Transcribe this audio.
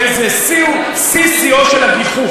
הרי זה שיא-שיאו של הגיחוך,